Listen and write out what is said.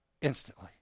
instantly